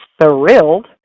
thrilled